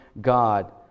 God